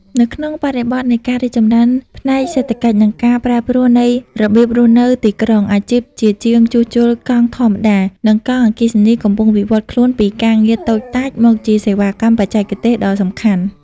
នៅក្នុងបរិបទនៃការរីកចម្រើនផ្នែកសេដ្ឋកិច្ច និងការប្រែប្រួលនៃរបៀបរស់នៅទីក្រុង អាជីពជាជាងជួសជុលកង់ធម្មតា និងកង់អគ្គិសនីកំពុងវិវត្តខ្លួនពីការងារតូចតាចមកជាសេវាកម្មបច្ចេកទេសដ៏សំខាន់។